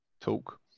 Talk